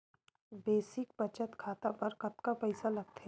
Basic बचत खाता बर कतका पईसा लगथे?